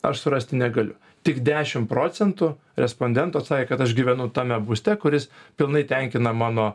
aš surasti negaliu tik dešim procentų respondentų atsakė kad aš gyvenu tame būste kuris pilnai tenkina mano